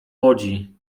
łodzi